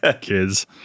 Kids